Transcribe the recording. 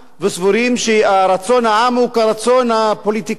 וסבורים שרצון העם הוא כרצון הפוליטיקאים